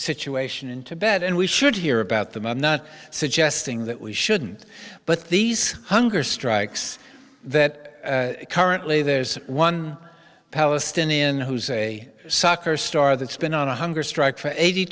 situation in tibet and we should hear about them i'm not suggesting that we shouldn't but these hunger strikes that currently there's one palestinian who's a soccer star that's been on a hunger strike for eighty